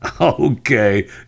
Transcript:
Okay